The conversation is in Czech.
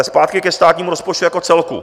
Ale zpátky ke státnímu rozpočtu jako celku.